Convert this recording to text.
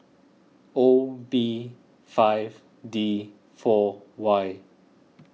O B five D four Y